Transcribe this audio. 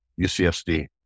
UCSD